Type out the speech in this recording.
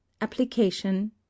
application